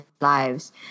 lives